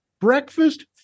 Breakfast